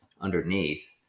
underneath